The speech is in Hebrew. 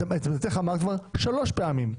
את עמדתך אמרת כבר שלוש פעמים.